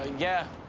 ah yeah,